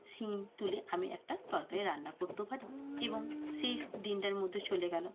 শিম তুলে আমি একটা তরকারি রান্না করতেও পারি এবং সেই দিনটার মধ্যে চলে গেলো